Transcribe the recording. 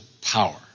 power